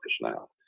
now